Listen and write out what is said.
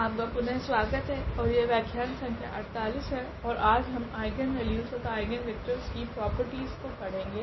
आपका पुनः स्वागत है ओर यह व्याख्यान संख्या 48 है ओर आज हम आइगनवेल्यूस तथा आइगनवेक्टरस की प्रॉपर्टीस को पढ़ेगे